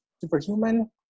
superhuman